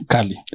Kali